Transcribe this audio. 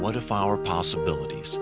what if our possibilities